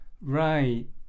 Right